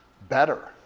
better